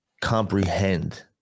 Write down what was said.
comprehend